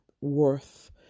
worth